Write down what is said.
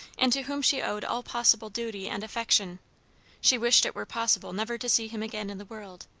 and to whom she owed all possible duty and affection she wished it were possible never to see him again in the world,